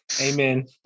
amen